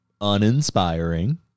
uninspiring